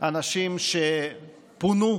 אנשים שפונו